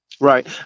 Right